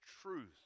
truth